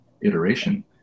iteration –